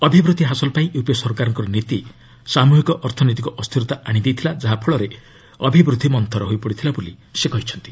ଅଭିବୃଦ୍ଧି ହାସଲ ପାଇଁ ୟୁପିଏ ସରକାରଙ୍କ ନୀତି ସାମୃହିକ ଅର୍ଥନୈତିକ ଅସ୍ଥିରତା ଆଣିଦେଇଥିଲା ଯାହାଫଳରେ ଅଭିବୃଦ୍ଧି ମନ୍ତୁର ହୋଇପଡ଼ିଥିଲା ବୋଲି ସେ କହିଛନ୍ତି